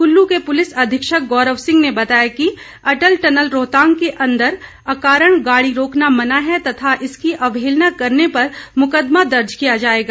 कुल्लू के पुलिस अधीक्षक गौरव सिंह ने बताया कि अटल टनल रोहतांग के अंदर अकारण गाड़ी रोकना मना है तथा इसकी अवहेलना करने पर मुकदमा दर्ज किया जाएगा